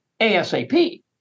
ASAP